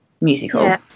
musical